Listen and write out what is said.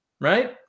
right